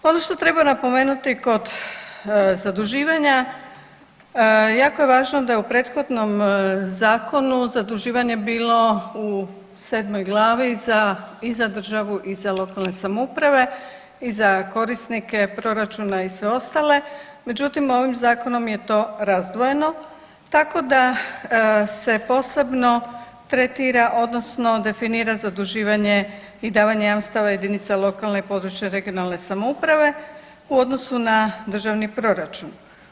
Ono što treba napomenuti kod zaduživanja, jako je važno da je u prethodnom zakonu zaduživanje bilo u 7. glavi za i za državu i za lokalne samouprave i za korisnike proračuna i sve ostale, međutim, ovim Zakonom je to razdvojeno, tako da se posebno tretira odnosno definira zaduživanje i davanje jamstava jedinicama lokalne i područne (regionalne) samouprave u odnosu na državni proračun.